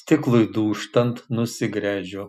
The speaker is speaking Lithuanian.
stiklui dūžtant nusigręžiu